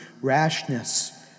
rashness